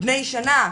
בני שנה,